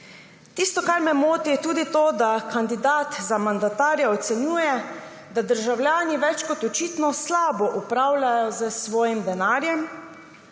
Tisto, kar me moti, je tudi to, da kandidat za mandatarja ocenjuje, da državljani več kot očitno slabo upravljajo s svojim denarjem,